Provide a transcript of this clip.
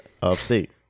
Upstate